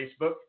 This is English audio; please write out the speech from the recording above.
Facebook